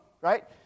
Right